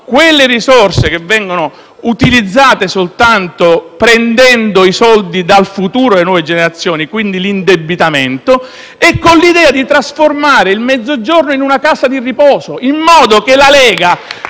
sono risorse che vengono utilizzate soltanto prendendo i soldi dal futuro delle nuove generazioni, e quindi l'indebitamento, con l'idea di trasformare il Mezzogiorno in una casa di riposo, in modo che la Lega